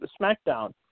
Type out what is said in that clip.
SmackDown